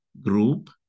group